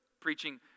preaching